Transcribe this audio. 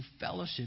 fellowship